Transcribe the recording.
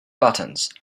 buttons